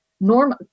norm